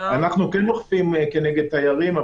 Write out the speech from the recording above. אנחנו כן אוכפים כנגד תיירים,